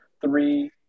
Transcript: three